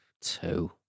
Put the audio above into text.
Two